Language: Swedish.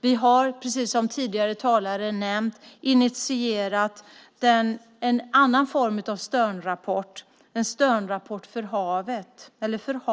Vi har, precis som tidigare talare nämnt, initierat en annan form av Sternrapport, nämligen en Sternrapport för